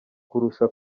kurusha